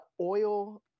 oil